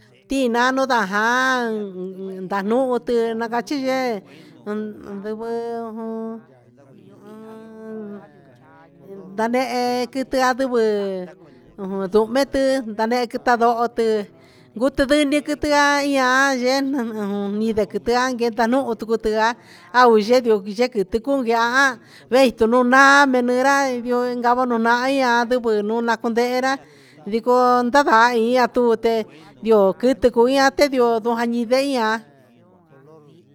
Tinanu nda jan nda nuhun na cachi yee andivɨ ta ndehe cuiti andivi nuhun vitin ta ndehe queta ndoho ti guti quiti ia yee que ta nuhun cutu au yehu yehi cundeha ndehe ra cavon nunaan ian andivɨ un naco ndehe ra yicoo tu te ndioo quiti cuu ia te yo ja i vehia.